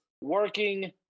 working